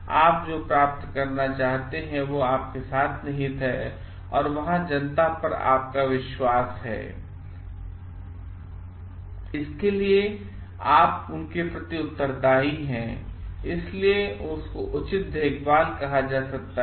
आप जो प्राप्त करना चाहते हैं वह आपके साथ निहित है और वहां जनता का आप पर विश्वास है और इसके लिए आप उनके प्रति उत्तरदायी हैं इसीलिए उसको उचित देखभाल कहा जाता है